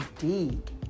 indeed